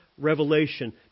revelation